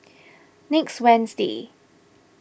next wednesday